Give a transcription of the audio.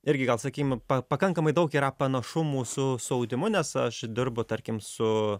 irgi gal sakym pa pakankamai daug yra panašumų su su audimu nes aš dirbu tarkim su